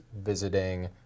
visiting